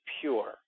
pure